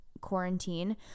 quarantine